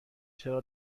چرا